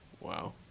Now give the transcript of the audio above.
Wow